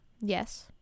Yes